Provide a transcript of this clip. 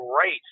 Great